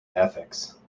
ethics